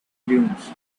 dunes